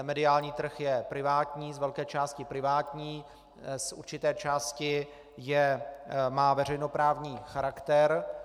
Mediální trh je privátní, z velké části privátní, z určité části má veřejnoprávní charakter.